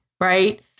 right